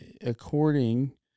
according